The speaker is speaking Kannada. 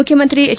ಮುಖ್ಯಮಂತ್ರಿ ಹೆಚ್